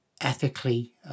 ethically